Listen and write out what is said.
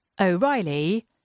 O'Reilly